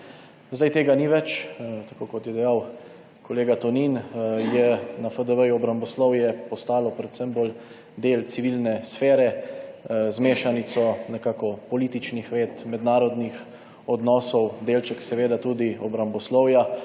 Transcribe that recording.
Zdaj tega ni več. Tako kot je dejal kolega Tonin, je na FDV obramboslovje postalo predvsem del bolj civilne sfere, z mešanico političnih ved, mednarodnih odnosov, delček seveda tudi obramboslovja.